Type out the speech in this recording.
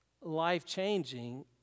life-changing